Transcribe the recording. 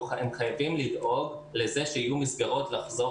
אתם חייבים לדאוג שיהיו מסגרות לחזור